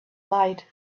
light